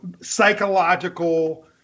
psychological